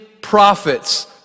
prophets